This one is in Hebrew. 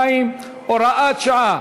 62, הוראת שעה)